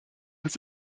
his